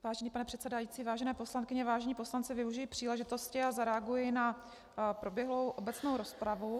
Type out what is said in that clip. Vážený pane předsedající, vážené poslankyně, vážení poslanci, využiji příležitosti a zareaguji na proběhlou obecnou rozpravu.